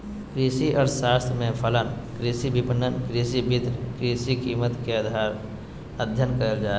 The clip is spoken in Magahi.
कृषि अर्थशास्त्र में फलन, कृषि विपणन, कृषि वित्त, कृषि कीमत के अधययन करल जा हइ